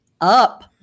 up